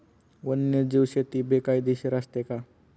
वन्यजीव शेती बेकायदेशीर असते का?